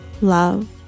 Love